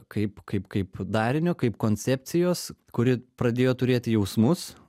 kaip kaip kaip darinio kaip koncepcijos kuri pradėjo turėti jausmus